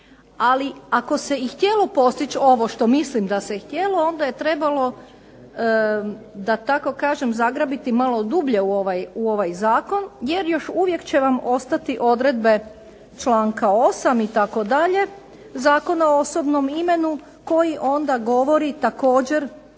ali ako se i htjelo postići ovo što mislim da se htjelo onda je trebalo da tako kažem zagrabiti malo dublje u ovaj zakon jer još uvijek će vam ostati odredbe članka 8. itd., Zakona o osobnom imenu koji onda govori također